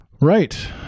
right